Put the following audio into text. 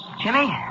Jimmy